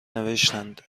نوشتند